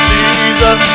Jesus